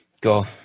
Go